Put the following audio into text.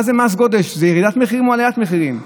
מה זה מס גודש, זה ירידת מחירים או עליית מחירים?